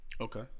Okay